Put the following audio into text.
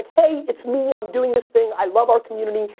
hey, it's me, i'm doing this thing i love our community.